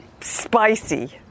Spicy